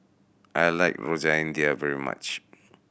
I like Rojak India very much